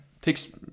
takes